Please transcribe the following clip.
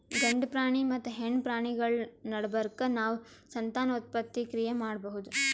ಗಂಡ ಪ್ರಾಣಿ ಮತ್ತ್ ಹೆಣ್ಣ್ ಪ್ರಾಣಿಗಳ್ ನಡಬರ್ಕ್ ನಾವ್ ಸಂತಾನೋತ್ಪತ್ತಿ ಕ್ರಿಯೆ ಮಾಡಬಹುದ್